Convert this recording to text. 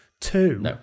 Two